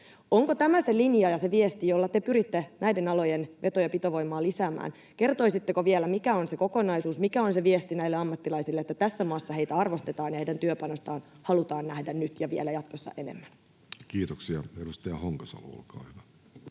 Onko tämä se linja ja se viesti, jolla te pyritte näiden alojen veto- ja pitovoimaa lisäämään? Kertoisitteko vielä, mikä on se kokonaisuus, mikä on se viesti näille ammattilaisille, että tässä maassa heitä arvostetaan ja heidän työpanostaan halutaan nähdä nyt ja jatkossa vielä enemmän? Kiitoksia. — Edustaja Honkasalo, olkaa hyvä.